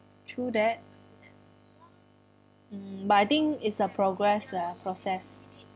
true that mm but I think is a progress lah process